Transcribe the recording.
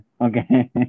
okay